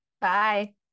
Bye